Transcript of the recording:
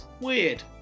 Weird